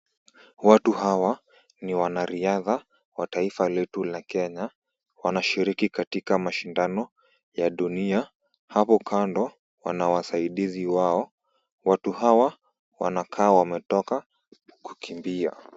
Watu hawa ni wanariadha wa taifa letu la Kenya. Wanashiriki katika mashindano ya dunia. Hapo kando wana wasaidizi wao. Watu hawa wanakaa wametoka kukimbia.